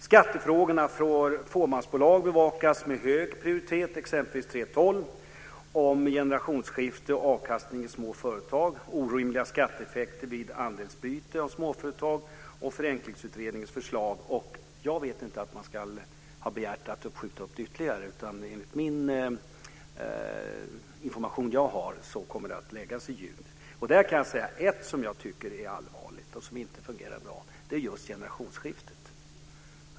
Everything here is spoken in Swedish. Skattefrågorna för fåmansbolag bevakas med hög prioritet, exempelvis 3:12, om generationsskifte, avkastning i små företag, orimliga skatteeffekter vid andelsutbyte av småföretag och förenklingsutredningens förslag. Jag vet inte att man har begärt att få skjuta upp det ytterligare. Enligt den information som jag har kommer detta att läggas fram i juni. Där kan jag nämna en sak som jag tycker är allvarlig och som inte fungerar bra. Det är just det här med generationsskiftet.